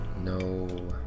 No